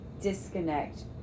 Disconnect